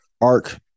ARC